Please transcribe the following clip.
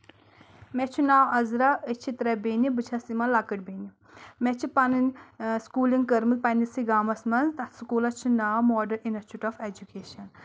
مےٚ چھُ ناو عزرا أسۍ چھِ ترٛےٚ بیٚنہِ بہٕ چھس یِمن لَکٕٹ بیٚنہِ مےٚ چھِ پَنٕنۍ سکوٗلِنٛگ کٔرمٕژ پنٕنِسٕے گامَس منٛز تَتھ سکوٗلَس چھِ ناو ماڈٲرٕن اِنسچوٗٹ آف ایجوکیشن